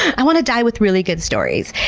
i want to die with really good stories,